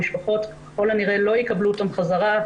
המשפחות ככל הנראה לא יקבלו אותן חזרו.